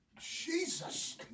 Jesus